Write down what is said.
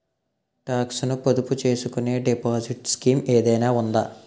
Talks ను పొదుపు చేసుకునే డిపాజిట్ స్కీం ఏదైనా ఉందా?